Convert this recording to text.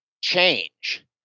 change